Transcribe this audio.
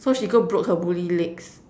so she go broke her Bully legs